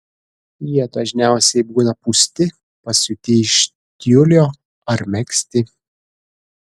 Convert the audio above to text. jie dažniausiai būna pūsti pasiūti iš tiulio ar megzti